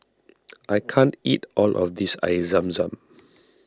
I can't eat all of this Air Zam Zam